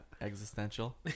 existential